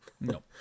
No